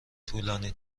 طولانی